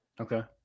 Okay